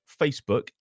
Facebook